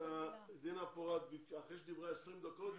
אחרי שדינה פורת דיברה 20 דקות,